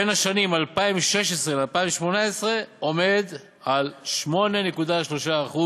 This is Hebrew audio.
בין 2016 ל-2018 עומד על 8.3%,